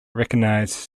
recognised